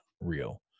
real